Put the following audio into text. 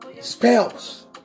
Spells